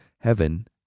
heaven